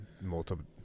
multiple